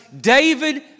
David